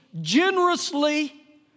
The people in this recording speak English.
generously